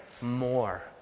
more